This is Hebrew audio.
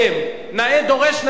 נאה דורש נאה מקיים.